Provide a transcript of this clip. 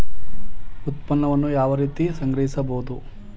ಉತ್ಪನ್ನವನ್ನು ಯಾವ ರೀತಿ ಸಂಗ್ರಹಿಸಬಹುದು?